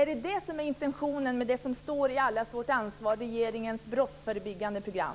Är det detta som är intentionerna vad gäller det som är allas vårt ansvar, dvs. regeringens brottsförebyggande program?